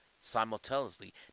simultaneously